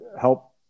help